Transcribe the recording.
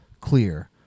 clear